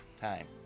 time